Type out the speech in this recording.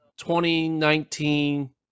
2019 –